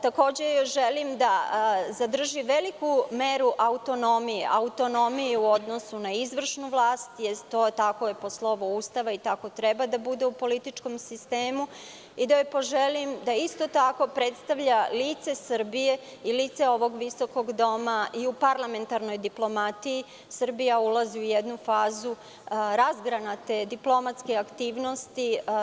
Takođe joj želim da zadrži veliku meru autonomije, autonomije u odnosu na izvršnu vlast, to je po slovu Ustava i tako treba da bude u političkom sistemu, i da joj poželim da isto tako predstavlja lice Srbije i lice ovog visokog doma i u parlamentarnoj diplomatiji Srbija ulazi u jednu fazu razgranate diplomatske aktivnosti.